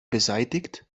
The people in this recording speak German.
beseitigt